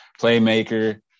playmaker